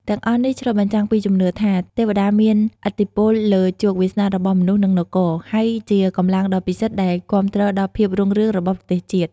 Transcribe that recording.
ទាំងអស់នេះឆ្លុះបញ្ចាំងពីជំនឿថា ទេពតាមានឥទ្ធិពលលើជោគវាសនារបស់មនុស្ស និងនគរ ហើយជាកម្លាំងដ៏ពិសិដ្ឋដែលគាំទ្រដល់ភាពរុងរឿងរបស់ប្រទេសជាតិ។